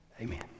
Amen